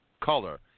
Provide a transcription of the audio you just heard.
color